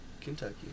Kentucky